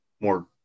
more